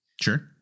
Sure